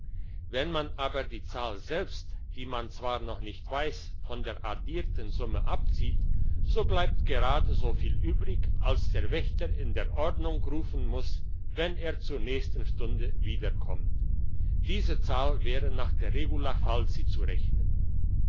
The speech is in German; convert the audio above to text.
wenn man aber die zahl selbst die man zwar noch nicht weiss von der addierten summe abzieht so bleibt gerade so viel übrig als der wächter in der ordnung rufen muss wenn er zur nächsten stunde wieder kommt diese zahl wäre nach der regula falsi zu rechnen